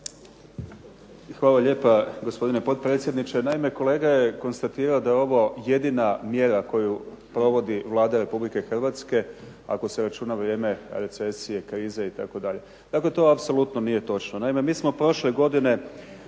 Hvala lijepa gospodine potpredsjedniče. Naime, kolega je konstatirao da je ovo jedina mjera koju provodi Vlada Republike Hrvatske ako se računa vrijeme recesije, krize itd. Dakle, to apsolutno nije točno. Naime, mi smo prošle godine